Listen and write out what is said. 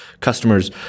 customers